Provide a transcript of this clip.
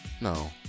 No